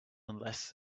unless